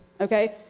Okay